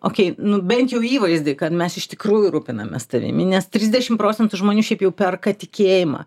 okei nu bent jau įvaizdį kad mes iš tikrųjų rūpinamės tavimi nes trisdešim procentų žmonių šiaip jau perka tikėjimą